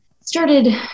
started